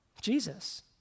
Jesus